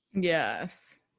Yes